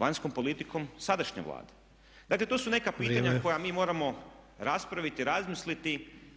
vanjskom politikom sadašnje Vlade. Dakle, to su neka pitanja koja mi moramo … …/Upadica Sanader: Vrijeme./… … raspraviti, razmisliti